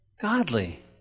godly